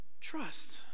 trust